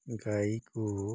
ଗାଈକୁ